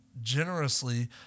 generously